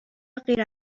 غیر